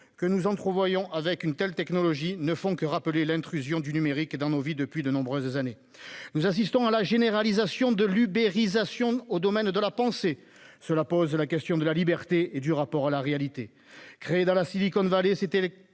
que nous entrevoyons avec une telle technologie ne font que rappeler l'intrusion du numérique dans nos vies depuis de nombreuses années. Nous assistons à l'extension de l'ubérisation au domaine de la pensée. Cela pose la question de la liberté et du rapport à la réalité. Créées dans la Silicon Valley, ces